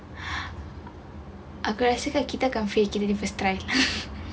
aku rasa kan kita akan fail kita punya first try